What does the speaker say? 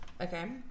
Okay